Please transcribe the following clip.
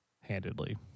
handedly